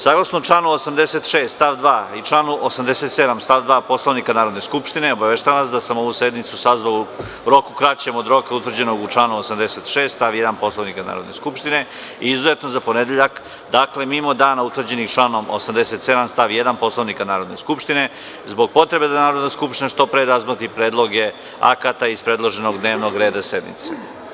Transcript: Saglasno članu 86. stav 2. i članu 87. stav 2. Poslovnika Narodne skupštine, obaveštavam vas da sam ovu sednicu sazvao u roku kraćem od roka utvrđenog u članu 86. stav 1. Poslovnika Narodne skupštine, izuzetno za ponedeljak, dakle mimo dana utvrđenih u članu 87. stav 1. Poslovnika Narodne skupštine, zbog potrebe da Narodna skupština što pre razmotri predloge akata iz predloženog dnevnog reda sednice.